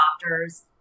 doctors